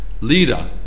leader